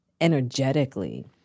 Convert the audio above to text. energetically